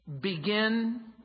begin